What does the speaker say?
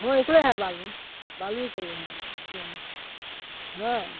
वहाँ निकले हैं बालू बालू ही निकल रहे हैं हाँ